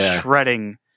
shredding